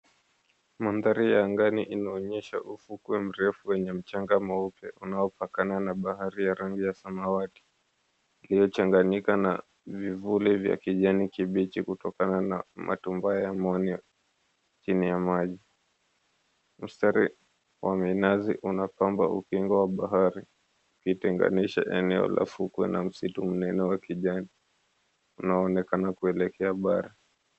Mandhari ya angani inaonyeshana ufukwe mrefu mwenye mchanga mweupe unaopakana na bahari ya rangi ya samawati iliyochanganyika na vivuli vya kijani kibichi kutokana na matumbua ya miwani ya chini ya maji. Mstari wa minazi unapamba ukingo wa bahari ukitenganisha eneo la fukwe na misitu mnene wa kijani unaoonekana kuelekea bara.